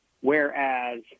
Whereas